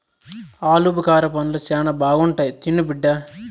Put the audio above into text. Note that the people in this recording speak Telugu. ఆలుబుకారా పండ్లు శానా బాగుంటాయి తిను బిడ్డ